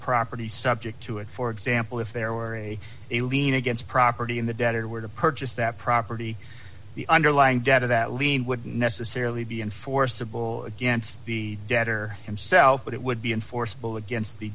property subject to it for example if there were a lien against property in the debtor where to purchase that property the underlying debt of that lien would necessarily be enforceable against the debtor himself but it would be enforceable against the